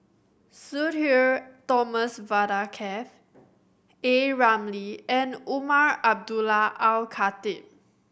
Sudhir Thomas Vadaketh A Ramli and Umar Abdullah Al Khatib